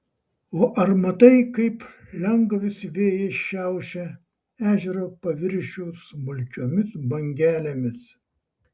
o ar matai kaip lengvas vėjas šiaušia ežero paviršių smulkiomis bangelėmis